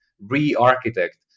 re-architect